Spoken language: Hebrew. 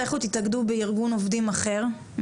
לכו תתאגדו בארגון עובדים אחר,